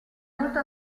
molto